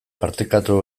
partekatu